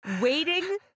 waiting